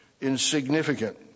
insignificant